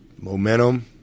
momentum